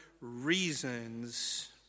reasons